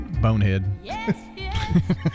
Bonehead